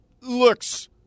looks